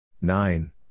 nine